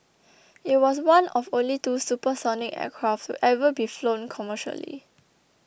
it was one of only two supersonic aircraft to ever be flown commercially